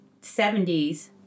70s